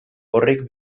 horrek